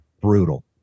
Brutal